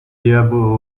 diabo